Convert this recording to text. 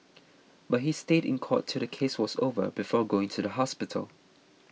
but he stayed in court till the case was over before going to the hospital